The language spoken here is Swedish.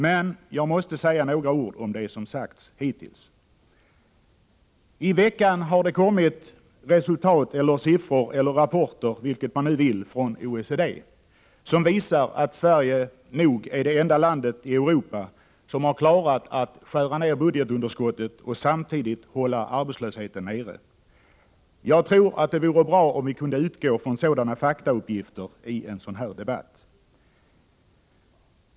Men jag måste säga några ord om det som hittills har sagts. I veckan har det kommit resultat, eller siffror, eller rapporter — vilket man nu vill — från OECD som visar att Sverige nog är det enda landet i Europa som har klarat av att minska budgetunderskottet och samtidigt hålla arbetslösheten nere. Jag tror att det vore bra om vi kunde utgå från sådana faktauppgifter i den här debatten.